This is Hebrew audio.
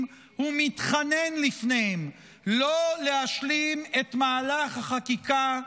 ומתחנן לפניהם לא לשלים את מהלך החקיקה,